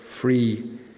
free